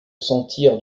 sentirent